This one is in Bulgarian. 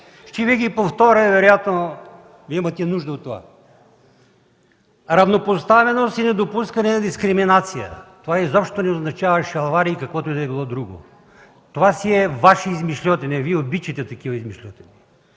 Ще Ви ги повторя, вероятно имате нужда от това: „равнопоставеност и недопускане на дискриминация” – това изобщо не означава шалвари и каквото и да било друго. Това си е Ваша измишльотина и Вие обичате такива измишльотини.